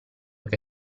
che